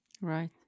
Right